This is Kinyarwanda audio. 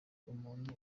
umuntu